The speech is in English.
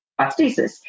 prosthesis